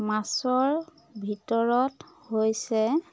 মাছৰ ভিতৰত হৈছে